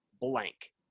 blank